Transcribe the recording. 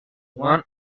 one